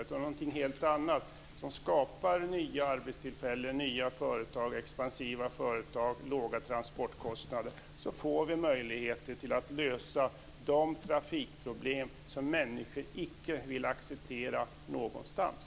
Det ska vara någonting helt annat, som skapar nya arbetstillfällen, nya och expansiva företag, låga transportkostnader osv. Så får vi möjligheter att lösa de trafikproblem som människor icke vill acceptera någonstans.